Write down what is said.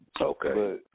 Okay